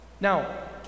Now